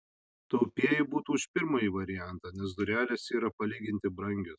taupieji būtų už pirmąjį variantą nes durelės yra palyginti brangios